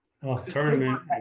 Tournament